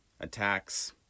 attacks